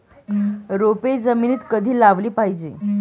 रोपे जमिनीत कधी लावली पाहिजे?